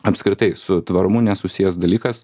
apskritai su tvarumu nesusijęs dalykas